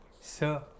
sir